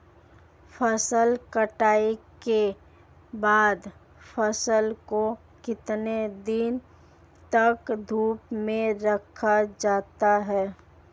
फसल कटाई के बाद फ़सल को कितने दिन तक धूप में रखा जाता है?